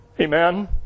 Amen